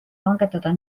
langetada